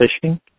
fishing